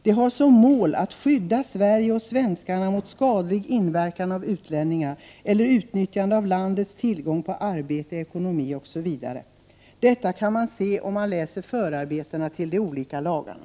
De har som mål att skydda Sverige och svenskarna mot skadlig inverkan av utlänningar eller utnyttjande av landets tillgång på arbete, ekonomi osv. Detta kan man se om man läser förarbetena till de olika lagarna.